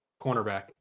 Cornerback